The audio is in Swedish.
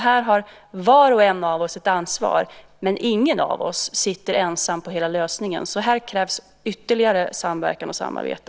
Här har var och en av oss ett ansvar, men ingen av oss sitter ensam på hela lösningen. Här krävs ytterligare samverkan och samarbete.